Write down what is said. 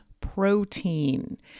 protein